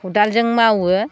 खदालजों मावो